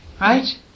Right